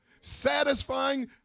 satisfying